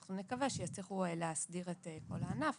שאנחנו מקווים שיצליחו להסדיר את כל הענף,